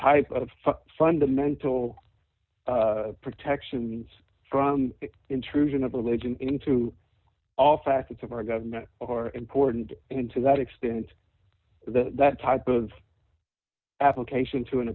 type of fundamental protections from intrusion of religion into all facets of our government are important and to that extent that type of application to an